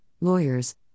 lawyers